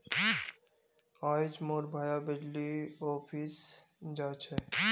आइज मोर भाया बिजली ऑफिस जा छ